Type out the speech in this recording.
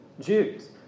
Jews